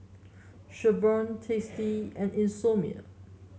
Revlon Tasty and Isomil